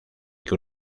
que